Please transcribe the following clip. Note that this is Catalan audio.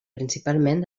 principalment